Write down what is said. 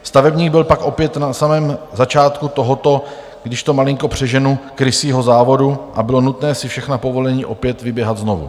Stavebník byl pak opět na samém začátku tohoto, když to malinko přeženu, krysího závodu a bylo nutné si všechna povolení opět vyběhat znovu.